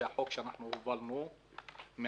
זה הצעת חוק שאנחנו הובלנו מהתחלה.